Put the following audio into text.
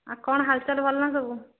ଆଉ କ'ଣ ହାଲଚାଲ ଭଲ ନା ସବୁ